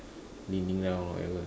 leaning down or whatever